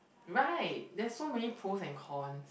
right there's so many pros and cons